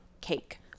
cake